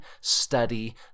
study